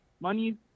money